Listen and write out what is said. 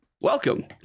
Welcome